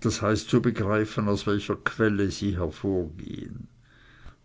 das heißt zu begreifen aus welcher quelle sie hervorgehen